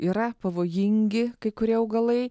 yra pavojingi kai kurie augalai